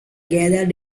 gathered